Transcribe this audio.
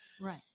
Right